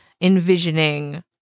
envisioning